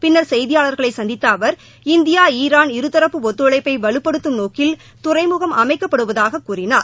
பின்னர் செய்தியாளர்களை சந்தித்த அவர் இந்தியா ஈரான் இருதரப்பு ஒத்துழைப்பை வலுப்படுத்தும் நோக்கில் துறைமுகம் அமைக்கப்படுவதாகக் கூறினார்